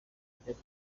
brigade